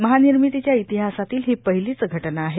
महानिर्मितीच्या इतिहासातील ही पहिलीच घटना आहे